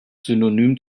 synonym